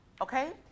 Okay